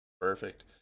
Perfect